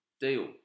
deal